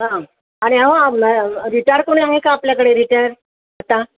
हां आणि अहो रिटायर कोणी आहे का आपल्याकडे रिटायर आता